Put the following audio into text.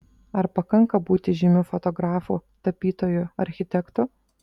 ar pakanka būti žymiu fotografu tapytoju architektu